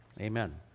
Amen